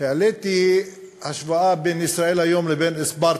העליתי השוואה בין ישראל היום לבין ספרטה,